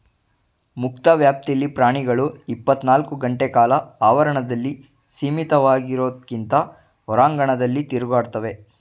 ಮುಕ್ತ ವ್ಯಾಪ್ತಿಲಿ ಪ್ರಾಣಿಗಳು ಇಪ್ಪತ್ನಾಲ್ಕು ಗಂಟೆಕಾಲ ಆವರಣದಲ್ಲಿ ಸೀಮಿತವಾಗಿರೋದ್ಕಿಂತ ಹೊರಾಂಗಣದಲ್ಲಿ ತಿರುಗಾಡ್ತವೆ